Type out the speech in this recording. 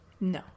No